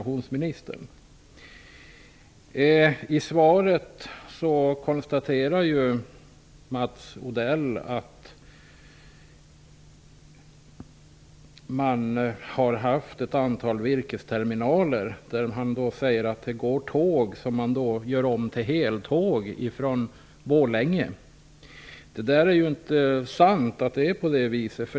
I svaret konstaterar Mats Odell att det har funnits ett antal virkesterminaler. Han säger att det går tåg som man gör om till heltåg från Borlänge. Det är inte sant att det är på det viset.